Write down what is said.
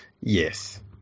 Yes